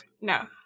No